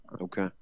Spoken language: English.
Okay